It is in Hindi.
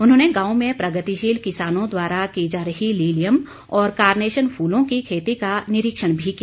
उन्होंने गांव में प्रगतिशील किसानों द्वारा की जा रही लीलियम और कारनेशन फूलों की खेती का निरीक्षण भी किया